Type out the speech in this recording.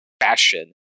fashion